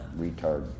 Retard